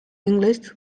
english